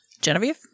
Genevieve